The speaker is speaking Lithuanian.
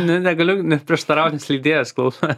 ne negaliu net prieštaraut nes leidėjas klauso